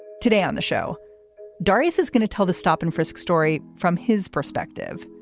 today on the show darrius is gonna tell the stop and frisk story from his perspective.